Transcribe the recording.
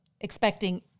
expecting